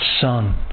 Son